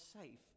safe